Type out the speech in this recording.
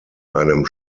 einem